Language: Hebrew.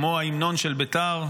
כמו ההמנון של בית"ר,